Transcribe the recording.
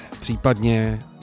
případně